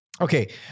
Okay